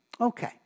okay